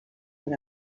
per